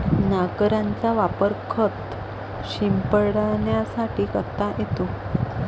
नांगराचा वापर खत शिंपडण्यासाठी करता येतो